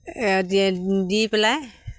দি পেলাই